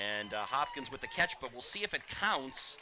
and hopkins with the catch but we'll see if it counts